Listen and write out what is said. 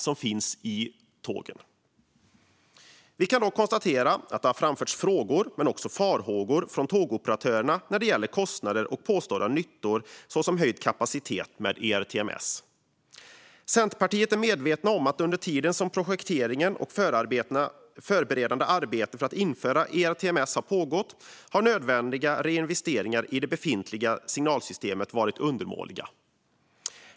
Tågoperatörer har dock framfört både frågor och farhågor om kostnader och påstådda nyttor, såsom höjd kapacitet, med ERTMS. Centerpartiet är medvetet om att under tiden som projektering och förberedande arbete för att införa ERTMS har pågått har nödvändiga reinvesteringar i det befintliga signalsystemet varit undermåliga.